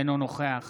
אינו נוכח